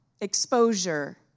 exposure